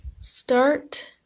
start